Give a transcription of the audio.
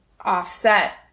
offset